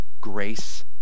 grace